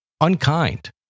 unkind